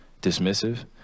dismissive